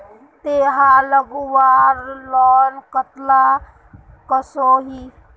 तेहार लगवार लोन कतला कसोही?